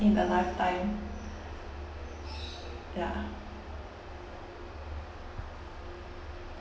in a lifetime ya